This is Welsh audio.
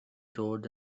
dod